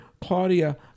Claudia